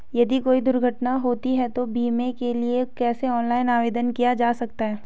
यदि कोई दुर्घटना होती है तो बीमे के लिए कैसे ऑनलाइन आवेदन किया जा सकता है?